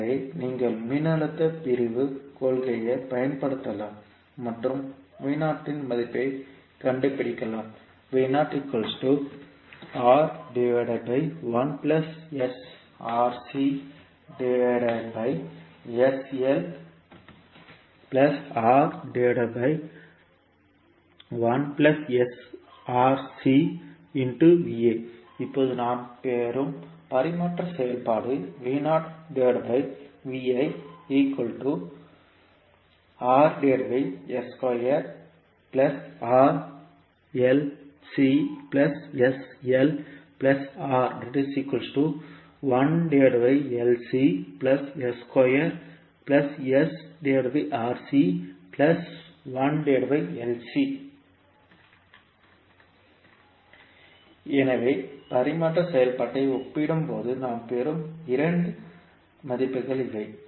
எனவே நீங்கள் மின்னழுத்த பிரிவுக் கொள்கையைப் பயன்படுத்தலாம் மற்றும் இன் மதிப்பைக் கண்டுபிடிக்கலாம் இப்போது நாம் பெறும் பரிமாற்ற செயல்பாடு எனவே பரிமாற்ற செயல்பாட்டை ஒப்பிடும் போது நாம் பெறும் இரண்டு மதிப்புகள் இவை